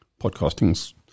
Podcasting's